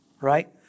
right